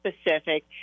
specific